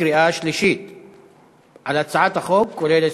לקריאה שלישית על הצעת החוק, כולל ההסתייגות.